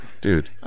Dude